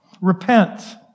repent